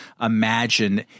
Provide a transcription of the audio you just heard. imagine